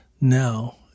now